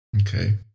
Okay